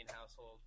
household